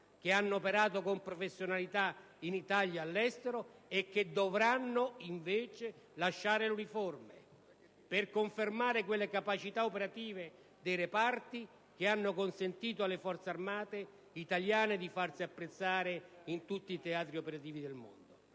hanno operato con professionalità in Italia e all'estero e che dovranno invece lasciare l'uniforme; per confermare quelle capacità operative dei reparti, che hanno consentito alle Forze armate italiane di farsi apprezzare in tutti i teatri operativi del mondo.